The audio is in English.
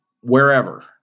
wherever